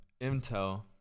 Intel